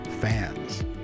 fans